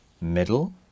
middle